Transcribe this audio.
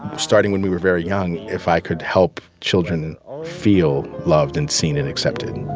starting when we were very young if i could help children feel loved and seen and accepted